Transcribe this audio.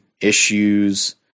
issues